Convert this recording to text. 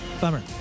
Bummer